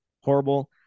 horrible